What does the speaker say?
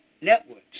networks